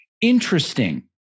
interesting